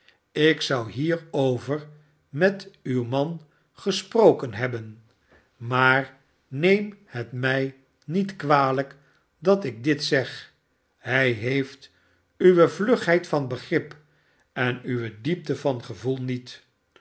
ik zou hierover met uw man gesproken hebben maar neem het mij niet kwalijk dat ik dit ztg hij heeft uwe vlugheid van begrip en uwe dieptevan gevoel niet